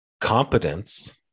competence